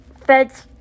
feds